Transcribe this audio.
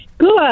Good